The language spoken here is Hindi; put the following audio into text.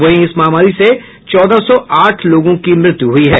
वहीं इस महामारी से चौदह सौ आठ लोगों की मृत्यु हुई है